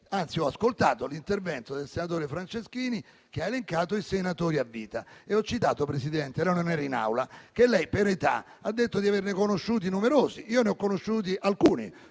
anzi, ho ascoltato l'intervento del senatore Franceschini che ha elencato i senatori a vita e ho citato - Presidente, lei non era in Aula - che lei per età ha detto di averne conosciuti numerosi. Io ne ho conosciuti alcuni,